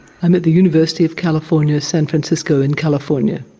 i'm at the university of california, san francisco, in california.